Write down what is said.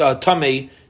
tummy